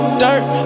dirt